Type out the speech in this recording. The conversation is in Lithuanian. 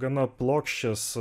gana plokščias